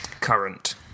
current